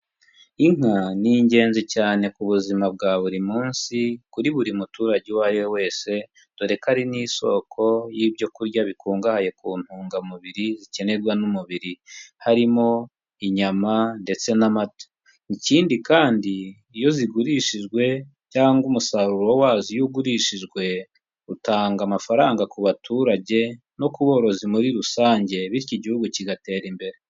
Inka ni ingenzi cyane ku buzima bwa buri munsi kuri buri muturage uwo ari we wese, dore ko ari n'isoko y'ibyokurya bikungahaye ku ntungamubiri zikenerwa n'umubiri, harimo inyama ndetse n'amata. Ikindi kandi iyo zigurishijwe cyangwa umusaruro wazo iyo ugurishijwe, utanga amafaranga ku baturage no ku borozi muri rusange, bityo igihugu kigatera imbere.